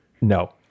No